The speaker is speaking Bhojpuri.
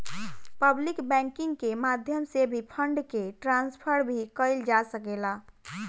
पब्लिक बैंकिंग के माध्यम से भी फंड के ट्रांसफर भी कईल जा सकेला